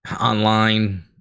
online